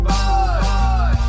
Boy